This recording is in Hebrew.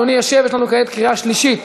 אדוני ישב, יש לנו כעת קריאה שלישית,